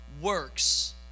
works